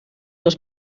dos